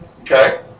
Okay